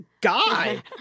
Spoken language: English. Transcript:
guy